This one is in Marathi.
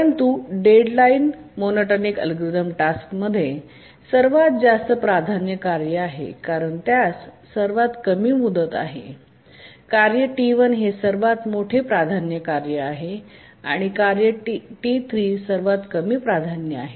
परंतु डेडलाइन मोनोटोनिक अल्गोरिदम टास्कमध्ये सर्वात जास्त प्राधान्य कार्य आहे कारण त्यास सर्वात कमी मुदत आहे कार्य T1 हे सर्वात मोठे प्राधान्य कार्य आहे आणि कार्य T3 सर्वात कमी प्राधान्य आहे